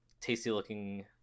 tasty-looking